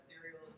Cereal